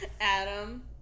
Adam